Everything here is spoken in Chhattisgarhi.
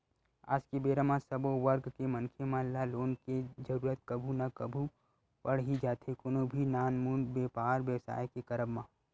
आज के बेरा म सब्बो वर्ग के मनखे मन ल लोन के जरुरत कभू ना कभू पड़ ही जाथे कोनो भी नानमुन बेपार बेवसाय के करब म